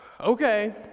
Okay